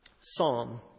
psalm